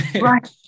Right